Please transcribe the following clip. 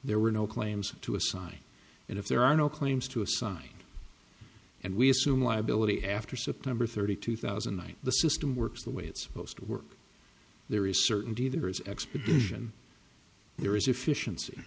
there were no claims to assign and if there are no claims to assign and we assume liability after september thirtieth two thousand and nine the system works the way it's supposed to work there is certainty there is expedition there is efficiency